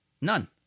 None